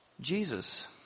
Jesus